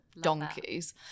donkeys